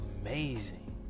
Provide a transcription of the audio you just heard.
amazing